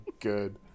good